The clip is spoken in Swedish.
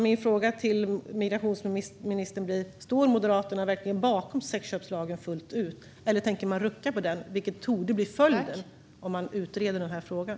Min fråga till migrationsministern blir: Står verkligen Moderaterna bakom sexköpslagen fullt ut, eller tänker man rucka på den, vilket torde bli följden om man utreder den här frågan?